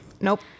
nope